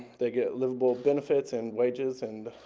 they get livable benefits and wages and